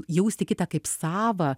jausti kitą kaip savą